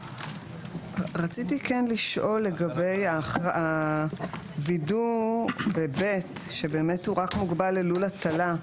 רציתי לשאול לגבי הווידוא ב-(ב) שבאמת הוא רק מוגבל ללול הטלה,